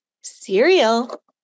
Cereal